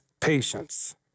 patience